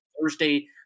Thursday